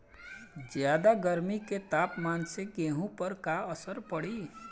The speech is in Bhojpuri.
ज्यादा गर्मी के तापमान से गेहूँ पर का असर पड़ी?